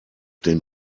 den